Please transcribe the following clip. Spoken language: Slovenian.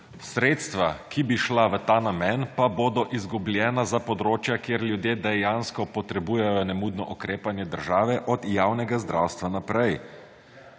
Sredstva, ki bi šla v ta namen, pa bodo izgubljena za področja, kjer ljudje dejansko potrebujejo nemudno ukrepanje države, od javnega zdravstva naprej.